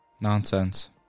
Nonsense